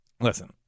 listen